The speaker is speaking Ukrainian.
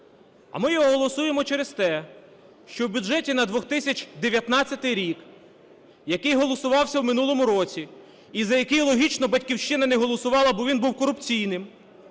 А ми його голосуємо через те, що в бюджеті на 2019 рік, який голосувався в минулому році і за який логічно "Батьківщина" не голосувала, бо він був корупційним,